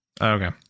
Okay